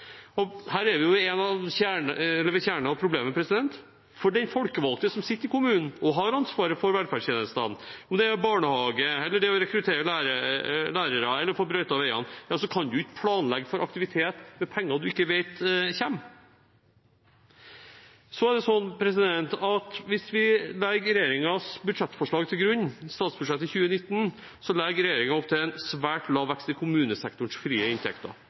Og her er vi ved kjernen av problemet: De folkevalgte i kommunene som har ansvaret for velferdstjenestene, om det er barnehage, å rekruttere lærere eller å få brøytet veiene, kan ikke planlegge for aktivitet med penger man ikke vet kommer. Hvis vi legger regjeringens budsjettforslag til grunn, statsbudsjettet 2019, legger regjeringen opp til en svært lav vekst i kommunesektorens frie inntekter,